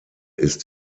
ist